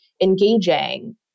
engaging